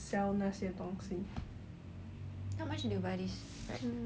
how much did you buy this